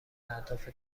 اهداف